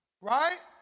right